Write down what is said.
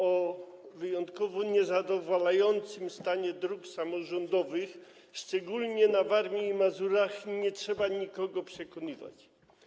O wyjątkowo niezadowalającym stanie dróg samorządowych, szczególnie na Warmii i Mazurach, nie trzeba nikogo przekonywać.